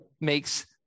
makes